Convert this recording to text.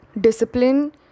discipline